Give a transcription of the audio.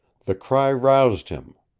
the cry roused him.